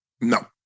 No